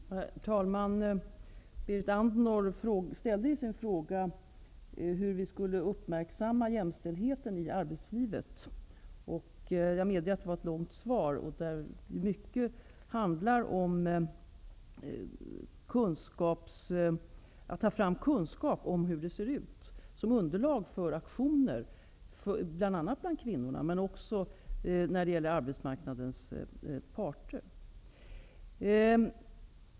Herr talman! Berit Andnor frågade hur vi skulle uppmärksamma jämställdheten i arbetslivet. Jag medger att det var ett långt svar. Det handlar mycket om att ta fram kunskap om hur det ser ut som underlag för aktioner, bl.a. bland kvinnorna, men också när det gäller arbetsmarknadens parter.